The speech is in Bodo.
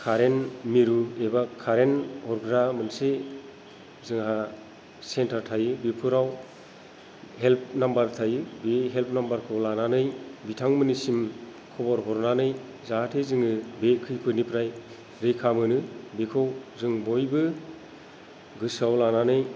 खारेन मिरु एबा खारेन हरग्रा मोनसे जोंहा सेन्टार थायो बेफोराव हेल्प नाम्बार थायो बे हेल्प नाम्बारखौ लानानै बिथांमोननिसिम खबर हरनानै जाहाते जोङो बे खैफोदनिफ्राय रैखा मोनो बेखौ जों बयबो गोसोयाव लानानै